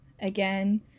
again